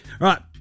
right